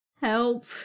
Help